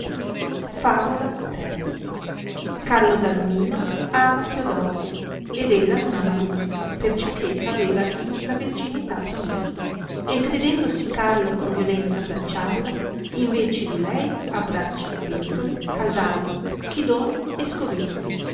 favola iii carlo d arimino ama teodosia ed ella non ama lui perciò che aveva a dlo la verginità promessa e credendosi carlo con violenza abbracciarla in vece di lei abbraccia pentole caldaie schidoni e scovigli